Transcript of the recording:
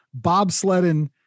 bobsledding